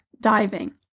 diving